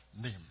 name